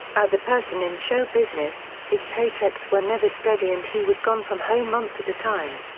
as a person in show business, his paychecks were never steady and he was gone from home months at a time.